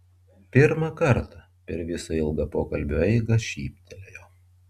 pirmą kartą per visą ilgą pokalbio eigą šyptelėjo